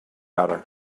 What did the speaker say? other